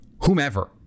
whomever